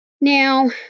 Now